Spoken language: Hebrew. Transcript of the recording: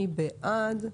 מי בעד?